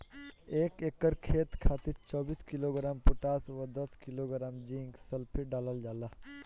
एक एकड़ खेत खातिर चौबीस किलोग्राम पोटाश व दस किलोग्राम जिंक सल्फेट डालल जाला?